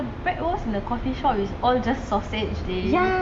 but the blutwurst in the coffee shop is all just sausage